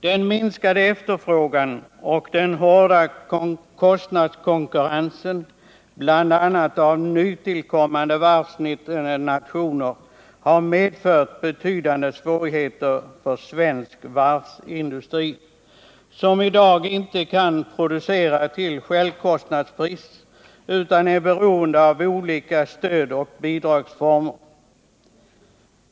Den minskade efterfrågan och den hårda kostnadskonkurrensen, bl.a. från nytillkommande varvsnationer, har medfört betydande svårigheter för svensk varvsindustri, som i dag inte kan producera till självkostnadspris utan är beroende av olika stöd och bidrag.